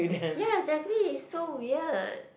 ya exactly is so weird